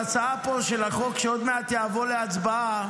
ההצעה של החוק שעוד מעט יבוא פה להצבעה,